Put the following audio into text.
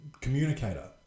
communicator